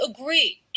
agree